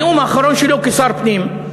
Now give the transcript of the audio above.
בנאום האחרון שלו כשר הפנים,